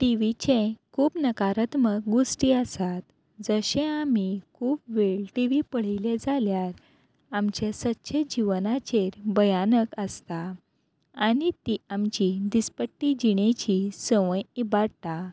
टीव्हीच्यो खूब नकारात्मक गोश्टी आसात जशे आमी खूब वेळ टी व्ही पळयली जाल्यार आमचे सदचे जिवनाचेर भयानक आसता आनी ती आमची दिसपट्टी जिणेची संवय इबाडटा